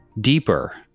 deeper